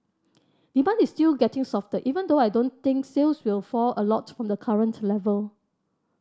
demand is still getting softer even though I don't think sales will fall a lot from the current level